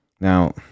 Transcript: Now